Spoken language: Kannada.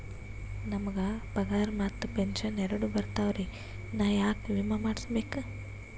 ನಮ್ ಗ ಪಗಾರ ಮತ್ತ ಪೆಂಶನ್ ಎರಡೂ ಬರ್ತಾವರಿ, ನಾ ಯಾಕ ವಿಮಾ ಮಾಡಸ್ಬೇಕ?